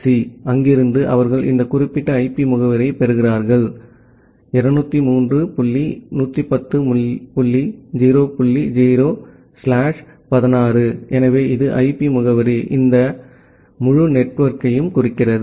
C அங்கிருந்து அவர்கள் இந்த குறிப்பிட்ட ஐபி முகவரி யைப் பெறுகிறார்கள் 203 டாட் 110 டாட் 0 டாட் 0 ஸ்லாஷ் 16 எனவே இது ஐபி முகவரி இது இந்த முழு நெட்வொர்க்கையும் குறிக்கிறது